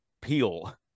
Peel